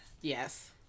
Yes